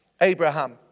Abraham